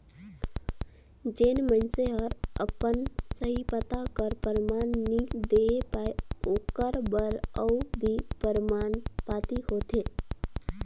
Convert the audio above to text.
जेन मइनसे हर अपन सही पता कर परमान नी देहे पाए ओकर बर अउ भी परमान पाती होथे